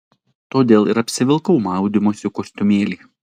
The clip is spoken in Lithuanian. todėl ir apsivilkau maudymosi kostiumėlį